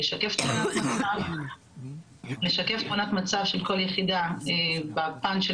לשקף תמונת מצב של כל יחידה בפן של